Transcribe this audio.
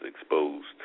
exposed